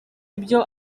ibyo